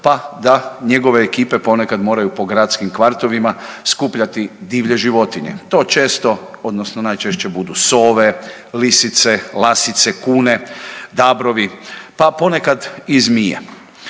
pa da njegove ekipe ponekad moraju po gradskim kvartovima skupljati divlje životinje. To često odnosno najčešće budu sove, lisice, lasice, kune, dabrovi, pa ponekad i zmije.